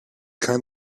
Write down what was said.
kind